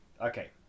Okay